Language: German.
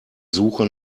suche